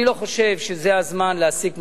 אני לא חושב שזה הזמן להסיק מסקנות,